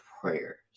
prayers